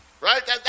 Right